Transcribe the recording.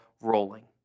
rolling